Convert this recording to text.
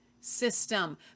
system